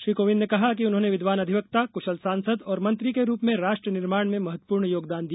श्री कोविंद ने कहा कि उन्होंने विद्वान अधिवक्ता कुशल सांसद और मंत्री के रूप में राष्ट्र निर्माण में महत्वपूर्ण योगदान दिया